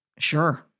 Sure